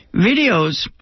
Videos